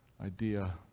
idea